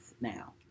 now